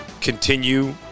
continue